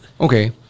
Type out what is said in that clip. Okay